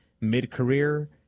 mid-career